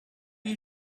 you